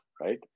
right